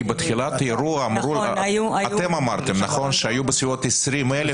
כי בתחילת האירוע אתם אמרתם שהיו בסביבות 20,000,